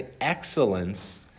Excellence